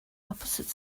opposite